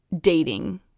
dating